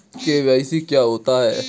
KYC क्या होता है?